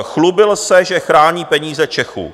Chlubil se, že chrání peníze Čechů.